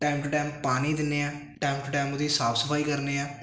time to time ਪਾਣੀ ਦਿੰਦੇ ਹਾਂ ਟਾਇਮ ਟੂ ਟਾਈਮ ਉਹਦੀ ਸਾਫ਼ ਸਫਾਈ ਕਰਦੇ ਹਾਂ